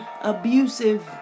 abusive